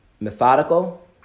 methodical